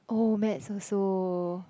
oh maths also